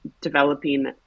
developing